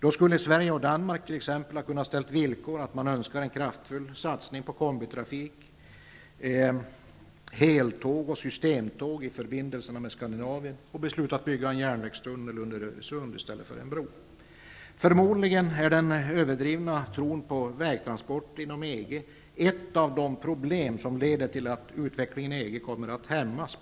Då skulle t.ex. Sverige och Danmark kunna ställa som villkor att man vill ha en kraftfull satsning på kombitrafik, heltåg och systemtåg i förbindelserna med Skandinavien, och man kunde ha beslutat bygga en järnvägstunnel under Öresund i stället för en bro. Förmodligen är den överdrivna tron på vägtransporter inom EG ett av de problem som på litet längre sikt kommer att leda till att utvecklingen inom EG hämmas.